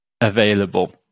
available